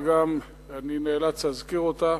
אבל אני נאלץ להזכיר אותה.